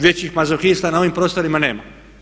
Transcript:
Većih mazohista na ovim prostorima nema.